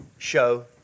Show